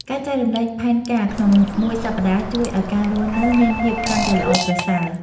ការចែករំលែកផែនការក្នុងមួយសប្តាហ៍ជួយឲ្យការរស់នៅមានភាពកាន់តែល្អប្រសើរ។